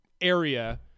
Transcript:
area